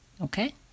Okay